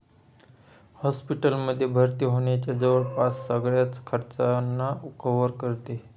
hospital मध्ये भर्ती होण्याच्या जवळपास सगळ्याच खर्चांना कव्हर करते